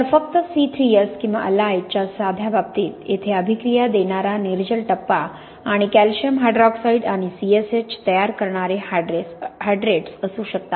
तर फक्त C3S किंवा अलाईट च्या साध्या बाबतीत येथे अभिक्रिया देणारा निर्जल टप्पा आणि कॅल्शियम हायड्रॉक्साईड आणि CSH तयार करणारे हायड्रेट्स असू शकतात